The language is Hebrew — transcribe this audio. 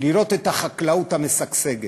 לראות את החקלאות המשגשגת,